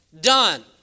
done